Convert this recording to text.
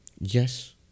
Yes